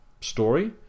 story